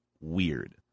weird